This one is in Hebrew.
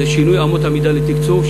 זה בגלל שינוי אמות המידה לתקצוב,